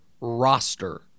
roster